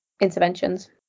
interventions